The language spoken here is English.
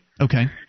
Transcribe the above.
Okay